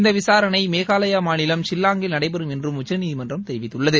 இந்த விசாரணை மேகாலயா மாநிலம் ஷில்லாங்கில் நடைபெறும் என்றும் உச்சநீதிமன்றம் தெரிவித்துள்ளது